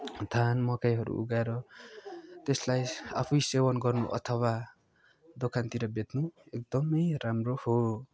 धान मकैहरू उब्जाएर त्यसलाई आफै सेवन गर्नु अथवा दोकानतिर बेच्नु एकदमै राम्रो हो